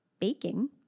Baking